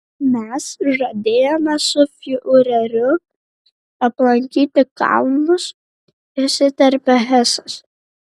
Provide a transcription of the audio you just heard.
mes žadėjome su fiureriu aplankyti kalnus įsiterpė hesas